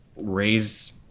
raise